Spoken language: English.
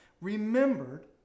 remembered